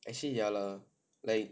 actually ya lah like